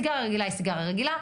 סיגריה רגילה היא סיגריה רגילה,